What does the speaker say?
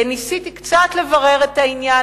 ניסיתי קצת לברר את העניין,